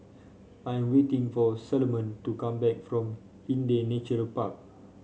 I am waiting for Salomon to come back from Hindhede Nature Park